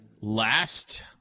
last